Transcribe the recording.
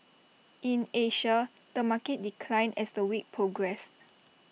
in Asia the market declined as the week progressed